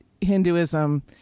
Hinduism